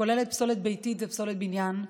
שכוללת פסולת ביתית ופסולת בניין.